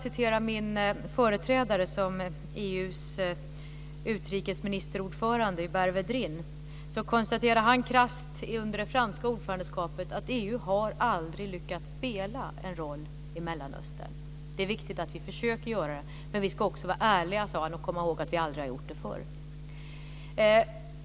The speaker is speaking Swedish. Min företrädare som EU:s utrikesminister, Hubert Vedrine, konstaterade krasst under det franska ordförandeskapet att EU aldrig har lyckats spela en roll i Mellanöstern. Det är viktigt att vi försöker att göra det, men vi måste också vara ärliga, sade han, och komma ihåg att vi aldrig har gjort det förr.